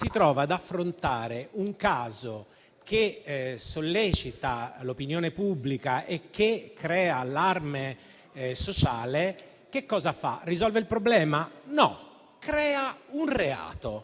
si trova ad affrontare un caso che sollecita l'opinione pubblica e che crea allarme sociale, che cosa fa? Risolve il problema? No: crea un reato.